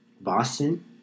Boston